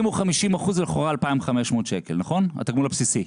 אם הוא 50% זה לכאורה 2,500 שקל, התגמול הבסיסי,